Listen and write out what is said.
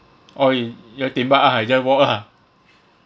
!oi! you all tembak ah I just walk ah